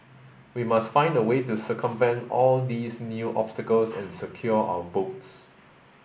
we must find a way to circumvent all these new obstacles and secure our votes